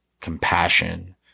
compassion